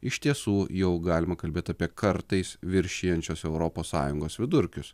iš tiesų jau galima kalbėt apie kartais viršijančios europos sąjungos vidurkius